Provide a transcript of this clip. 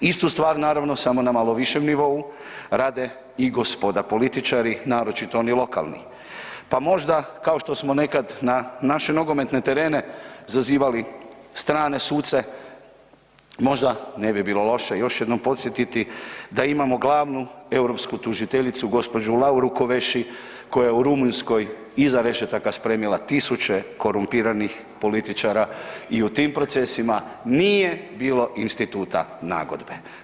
Istu stvar samo na malo višem nivou, rade i gospoda političari naročito oni lokalni pa možda kao što smo nekad na naše nogometne terene zazvali strane suce, možda ne bi bilo loše još jednom podsjetiti da imamo glavnu europsku tužitelju gđu. Lauru Kovesi koja u Rumunjskoj iza rešetaka spremila 1000 korumpiranih političara i u tim procesima nije bilo instituta nagodbe.